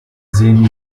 sehen